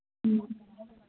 ꯎꯝ